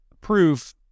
proof